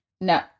No